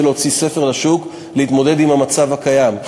להוציא ספר לשוק להתמודד עם המצב הקיים.